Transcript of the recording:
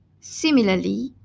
Similarly